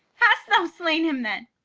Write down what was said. hast thou slain him, then?